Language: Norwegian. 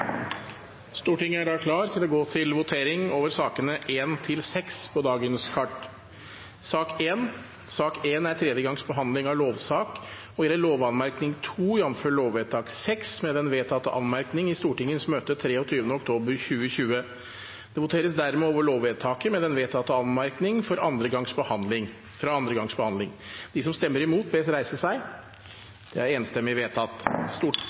Stortinget tar nå pause, og i samsvar med den annonserte dagsordenen vil det bli votering kl. 15. Stortinget er da klar til å gå til votering over sakene nr. 1–6 på dagens kart. Sak nr. 1 er tredje gangs behandling av lovsak og gjelder lovanmerkning 2 jf. lovvedtak 6 med den vedtatte anmerkning i Stortingets møte 23. oktober 2020. Det voteres dermed over lovvedtaket med den vedtatte anmerkning fra andre gangs behandling.